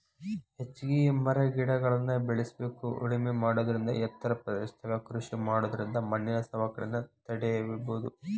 ಹೆಚ್ಚಿಗಿ ಮರಗಿಡಗಳ್ನ ಬೇಳಸ್ಬೇಕು ಉಳಮೆ ಮಾಡೋದರಿಂದ ಎತ್ತರ ಪ್ರದೇಶದಾಗ ಕೃಷಿ ಮಾಡೋದರಿಂದ ಮಣ್ಣಿನ ಸವಕಳಿನ ತಡೇಬೋದು